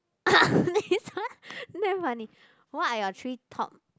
this one damn funny what are your three top